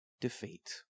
defeat